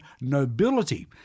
nobility